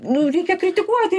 nu reikia kritikuoti